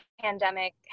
pandemic